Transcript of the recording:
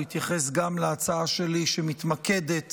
הוא התייחס גם להצעה שלי, שמתמקדת